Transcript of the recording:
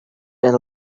than